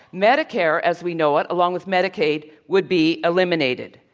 medicare, as we know it, along with medicaid, would be eliminated.